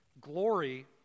Glory